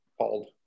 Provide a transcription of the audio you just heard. called